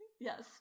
Yes